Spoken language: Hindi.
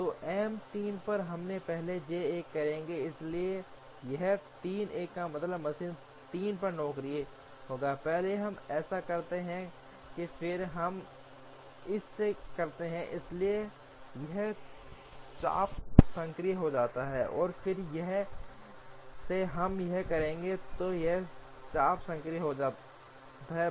तो M 3 पर हम पहले J 1 करेंगे इसलिए यह 3 1 का मतलब मशीन 3 पर नौकरी 1 होगा पहले हम ऐसा करते हैं फिर हम इस से करते हैं इसलिए यह चाप सक्रिय हो जाता है और फिर यहाँ से हम यह करेंगे तो यह चाप सक्रिय हो जाता है